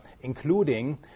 including